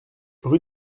rue